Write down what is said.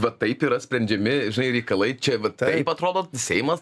va taip yra sprendžiami reikalai čia va taip atrodo seimas